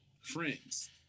friends